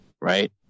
Right